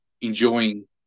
enjoying